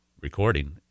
recording